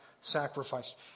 sacrificed